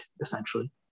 essentially